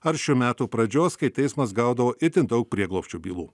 ar šių metų pradžios kai teismas gaudavo itin daug prieglobsčio bylų